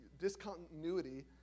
discontinuity